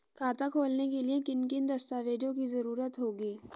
खाता खोलने के लिए किन किन दस्तावेजों की जरूरत होगी?